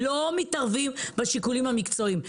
לא מתערבים בשיקולים המקצועיים.